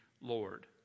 Lord